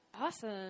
Awesome